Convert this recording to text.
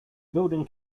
building